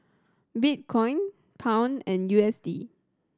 Bitcoin Pound and U S D